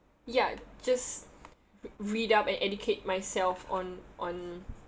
ya just read up and educate myself on on